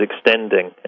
extending